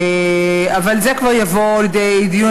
אבל זה כבר יבוא לידי דיון,